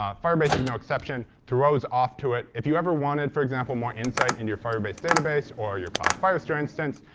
ah firebase is no exception. throws off to it. if you ever wanted, for example, more insight in your firebase database or your cloud firestore instance,